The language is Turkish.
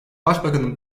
başbakanın